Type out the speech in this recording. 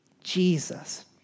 Jesus